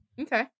Okay